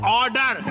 order